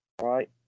right